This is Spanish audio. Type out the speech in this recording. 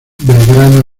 belgrano